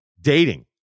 dating